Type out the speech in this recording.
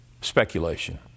Speculation